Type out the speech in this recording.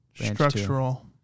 structural